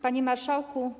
Panie Marszałku!